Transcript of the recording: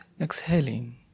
exhaling